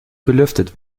belüftet